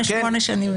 כן,